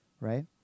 right